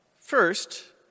first